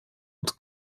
und